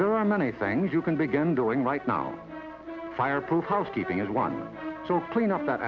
there are many things you can begin doing right now fireproof housekeeping one so clean up that